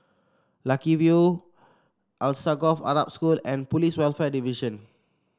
Lucky View Alsagoff Arab School and Police Welfare Division